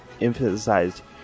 emphasized